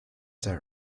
there